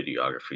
videography